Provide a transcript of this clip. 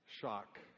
Shock